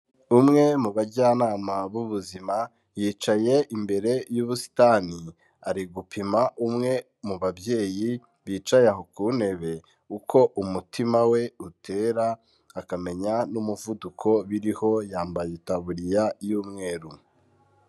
Umwe mu bajyanama b'ubuzima, yicaye imbere y'ubusitani ari gupima umwe mu babyeyi bicaye ku ntebe uko umutima we utera akamenya n'umuvuduko biriho yambaye itaburiya y'umweru.